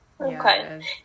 okay